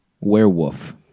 Werewolf